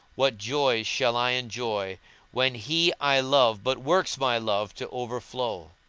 what joys shall i enjoy when he i love but works my love to overthrow?